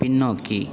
பின்னோக்கி